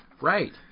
Right